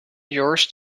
yours